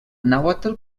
nàhuatl